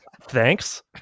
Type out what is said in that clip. thanks